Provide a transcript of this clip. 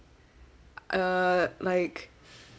uh like